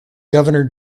governor